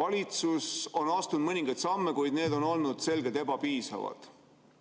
Valitsus on astunud mõningaid samme, kuid need on olnud selgelt ebapiisavad.